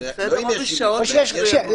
רק כשמוגשת תלונה, גור.